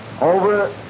over